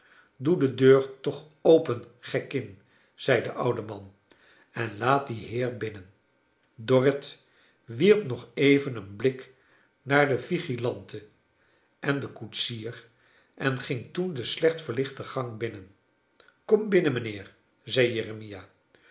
doe de deur toch open gekkin zei de oude man en laat dien heer binnen dorrit wierp nog even een blik naar de vigilante en den koetsier en ging toen de slecht verlichte gang binnen kom binnen mijnheer zei